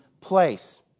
place